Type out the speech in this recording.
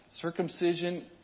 circumcision